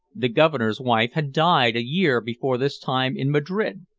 the governor's wife had died a year before this time in madrid,